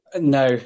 No